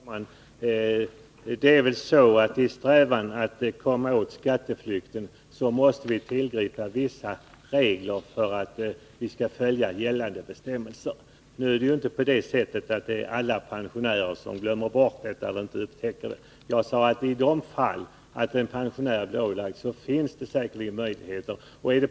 Onsdagen den Herr talman! I vår strävan att komma åt skatteflykten måste vi tillgripa 17 november 1982 Vissa regler. Det är inte alla pensionärer som glömmer bort de här bestämmelserna eller Avdragsoch som inte upptäcker dem. Jag sade att i de fall där en pensionär har glömt uppgiftsskyldighet denna uppgiftsskyldighet finns det vissa möjligheter till undantag.